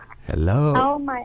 Hello